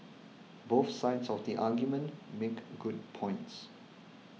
both sides of the argument make good points